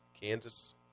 Kansas